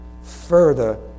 further